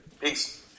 Peace